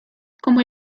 como